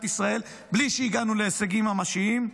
ישראל בלי שהגענו להישגים ממשיים.